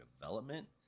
development